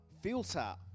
filter